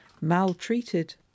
maltreated